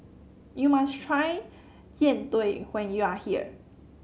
you must try Jian Dui when you are here